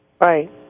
Right